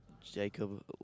Jacob